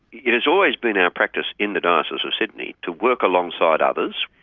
it has always been our practice in the diocese of sydney to work alongside others.